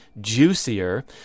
juicier